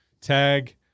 tag